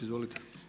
Izvolite.